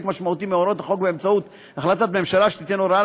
משמעותי מהוראות החוק באמצעות החלטת ממשלה שתיתן הוראה